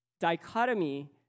dichotomy